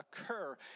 occur